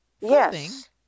Yes